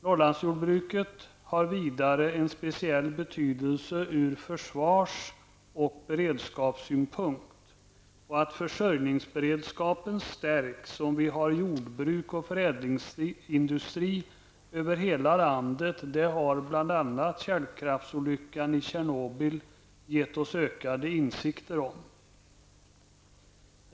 Norrlandsjordbruket har vidare en speciell betydelse ur försvars och beredskapssynpunkt. Att försörjningsberedskapen stärks om vi har jordbruk och förädlingsindustri över hela landet har bl.a. kärnkraftsolyckan i Tjernobyl gett oss ökade insikter om.